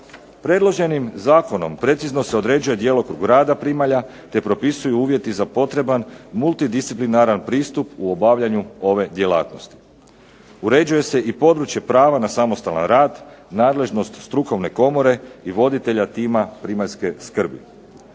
Predloženim zakonom precizno se određuje djelokrug rada primalja, te propisuju uvjeti za potreban multidisciplinaran pristup u obavljanju ove djelatnosti. Uređuje se i područje prava na samostalan rad, nadležnost strukovne komore i voditelja tima primaljske skrbi.